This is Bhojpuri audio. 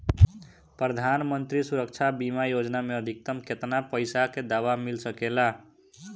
प्रधानमंत्री सुरक्षा बीमा योजना मे अधिक्तम केतना पइसा के दवा मिल सके ला?